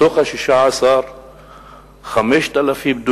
מתוך ה-16,000,